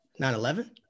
9-11